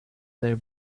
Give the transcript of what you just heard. they